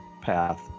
path